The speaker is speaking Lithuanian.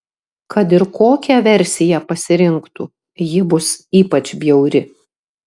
kad ir kokią versiją pasirinktų ji bus ypač bjauri